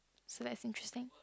sounds like interesting